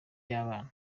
y’abana